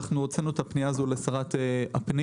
הוצאנו את הפנייה הזאת לשרת הפנים.